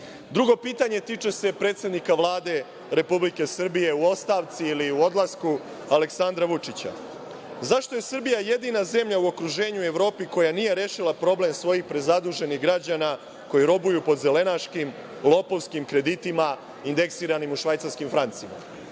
Drugo pitanje tiče se predsednika Vlade Republike Srbije u ostavci ili u odlasku Aleksandra Vučića. Zašto je Srbija jedina zemlja u okruženju u Evropi koja nije rešila problem svojih prezaduženih građana, koji robuju po zelenaškim lopovskim kreditima indeksiranim u švajcarskim francima?